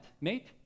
mate